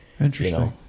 interesting